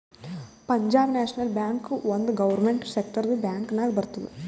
Punjab national bank ಒಂದ್ government ಸೆಕ್ಟರ್ದು bank ನಾಗ್ ಬರ್ತುದ್